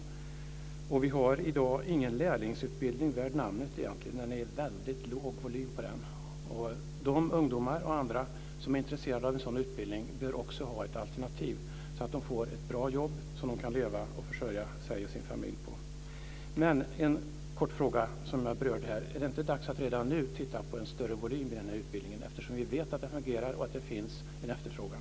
Vi har i dag egentligen ingen lärlingsutbildning värd namnet. Det är en väldigt låg volym på den. De ungdomar och andra som är intresserade av en sådan utbildning bör också ha ett alternativ, så att de får ett bra jobb som de kan leva på och försörja sig och sin familj på. Jag har en kort fråga som jag berörde. Är det inte dags att redan nu titta på om man kan ge denna utbildning en större volym, eftersom vi vet att den fungerar och att det finns en efterfrågan?